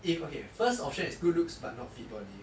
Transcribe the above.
if okay first option is good looks but not fit body